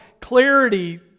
clarity